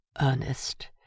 Ernest